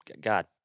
God